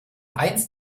einst